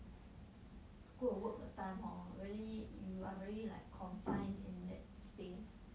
go to work that time hor really you are very like confined in that space